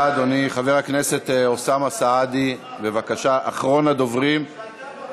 והצבא הזה הוא לא הכתובת שלכם.